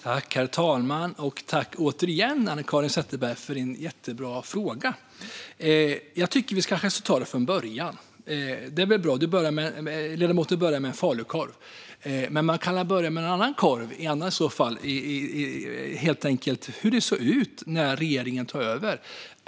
Herr talman! Tack, återigen, Anna-Caren Sätherberg, för en jättebra fråga! Jag tycker att vi ska ta det från början. Ledamoten börjar med en falukorv. Men man kan väl börja med en annan korv, alltså helt enkelt hur det såg ut när regeringen tog över?